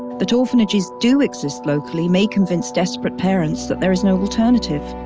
that orphanages do exist locally may convince desperate parents that there is no alternative.